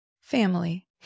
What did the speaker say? family